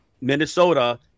Minnesota